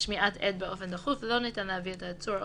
עדות לפי סימן ה'